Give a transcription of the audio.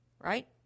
right